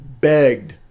Begged